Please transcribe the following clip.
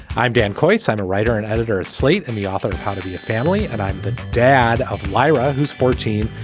i'm dan quoits. i'm a writer and editor at slate and the author of how to be a family. and i'm the dad of lyra, who's fourteen,